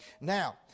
Now